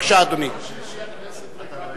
אבל ביום שלישי הכנסת ריקה.